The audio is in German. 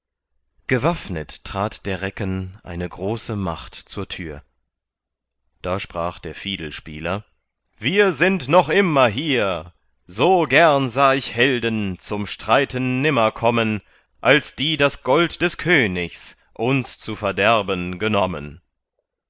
gewaffnet trat der recken eine große macht zur tür da sprach der fiedelspieler wir sind noch immer hier so gern sah ich helden zum streiten nimmer kommen als die das gold des königs uns zu verderben genommen